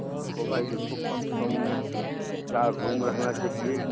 हमको भाई देखो कम से कम चार रूम रहना चाहिए